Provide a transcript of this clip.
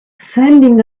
sending